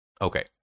Okay